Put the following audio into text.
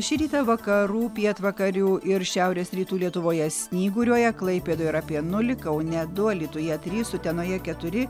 šį rytą vakarų pietvakarių ir šiaurės rytų lietuvoje snyguriuoja klaipėdoj yra apie nulį kaune du alytuje trys utenoje keturi